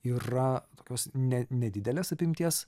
yra tokios ne nedidelės apimties